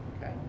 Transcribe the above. Okay